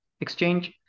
exchange